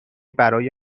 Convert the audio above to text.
برای